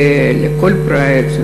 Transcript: לכל פרויקט,